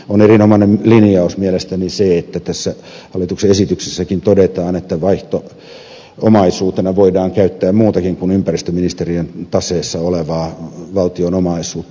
on erinomainen linjaus mielestäni se mikä tässä hallituksen esityksessäkin todetaan että vaihto omaisuutena voidaan käyttää muutakin kuin ympäristöministeriön taseessa olevaa valtion omaisuutta